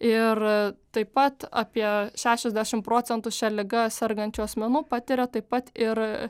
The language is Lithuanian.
ir taip pat apie šešiasdešimt procentų šia liga sergančių asmenų patiria taip pat ir